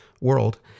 world